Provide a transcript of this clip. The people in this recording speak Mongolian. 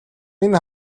энэ